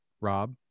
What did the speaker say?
rob